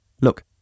Look